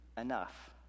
enough